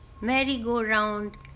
merry-go-round